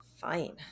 Fine